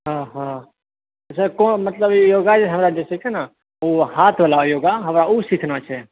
हँ हँ सर मतलब योगा हमरा जे छै ने ओ हाथ वला योगा हमरा ओ सीखना छै